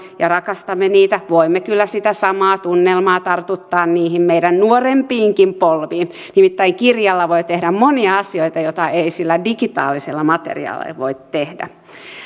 ja rakastamme niitä voimme kyllä sitä samaa tunnelmaa tartuttaa niihin meidän nuorempiinkin polviimme nimittäin kirjalla voi tehdä monia asioita joita ei sillä digitaalisella materiaalilla voi tehdä